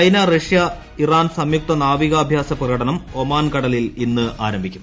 China Russia Iran സംയുക്ത നാവികാഭ്യാസ പ്രകടനം ഒമാൻ കടലിൽ ഇന്ന് ആരംഭിക്കും